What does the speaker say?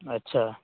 अच्छा